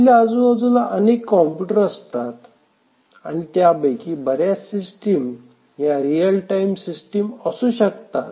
आपल्या आजूबाजूला अनेक कॉम्प्युटर असतात आणि त्यापैकी बऱ्याच सिस्टीम ह्या रियल टाइम सिस्टीम असू शकतात